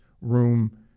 room